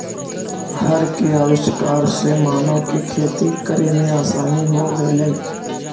हर के आविष्कार से मानव के खेती करे में आसानी हो गेलई